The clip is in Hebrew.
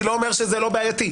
אני לא אומר שזה לא בעייתי.